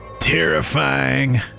terrifying